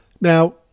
Now